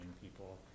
people